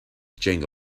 jenga